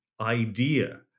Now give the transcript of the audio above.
idea